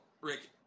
Rick